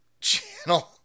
channel